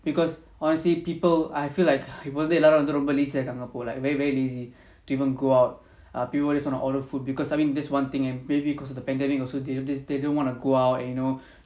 because honestly people I feel like எல்லோரும்வந்துரொம்ப:ellorum vandhu romba like very very lazy to even go out err people always want to order food because I mean that's one thing and maybe because of the pandemic also they didn't they don't want to go out you know